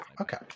Okay